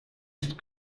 ist